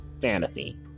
fantasy